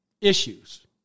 issues